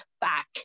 back